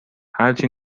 هرچی